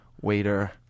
waiter